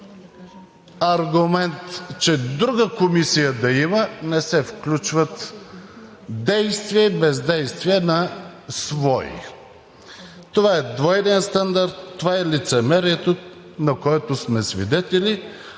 който с аргумент – друга комисия да има, не се включват действия и бездействия на свои. Това е двойният стандарт, това е лицемерието, на което сме свидетели.